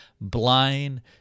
Blind